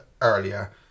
earlier